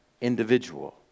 individual